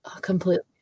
Completely